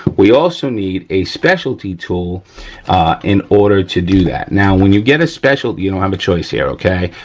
we also need a specialty tool in order to do that. now, when you get a special, you don't have a choice here, okay,